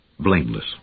blameless